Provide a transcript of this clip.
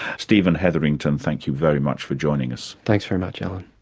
stephen hetherington, thank you very much for joining us. thanks very much, alan.